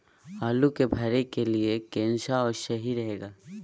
आलू के भरे के लिए केन सा और सही रहेगा?